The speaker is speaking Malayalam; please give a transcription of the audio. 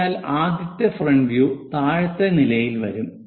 അതിനാൽ ആദ്യത്തെ ഫ്രണ്ട് വ്യൂ താഴത്തെ നിലയിൽ വരും